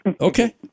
okay